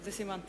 זה סימן טוב.